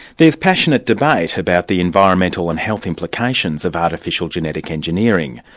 there's passionate debate about the environmental and health implications of artificial genetic engineering,